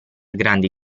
grandi